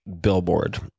billboard